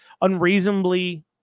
unreasonably